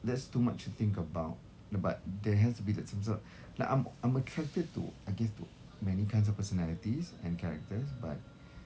there's too much to think about the but there has to be like some sort like I'm I'm attracted to I guess to to many kinds of personalities and characters but